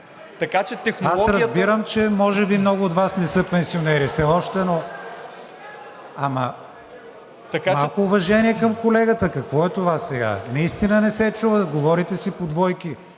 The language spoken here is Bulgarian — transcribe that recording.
Аз разбирам, че може би много от Вас не са пенсионери все още, но малко уважение към колегата! Какво е това сега? Наистина не се чува. Говорите си по двойки.